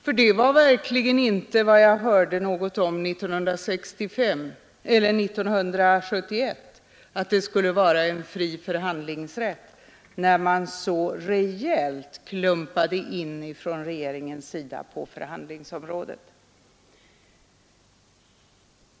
Någonting sådant hörde jag verkligen inte år 1971, när regeringen så rejält klampade in på förhandlingsområdet!